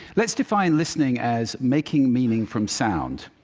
let's define listening as making meaning from sound.